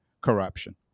corruption